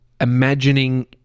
imagining